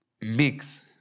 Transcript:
mix